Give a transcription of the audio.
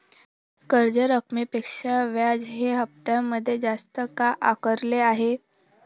कर्ज रकमेपेक्षा व्याज हे हप्त्यामध्ये जास्त का आकारले आहे?